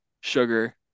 sugar